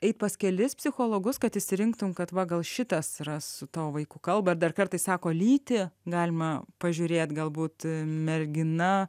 eit pas kelis psichologus kad išsirinktum kad va gal šitas yra su tavo vaiku kalba ir dar kartais sako lytį galima pažiūrėt galbūt mergina